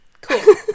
Cool